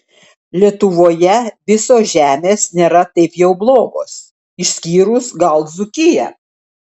lietuvoje visos žemės nėra taip jau blogos išskyrus gal dzūkiją